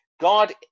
God